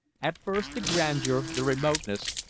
at first the grandeur, the remoteness,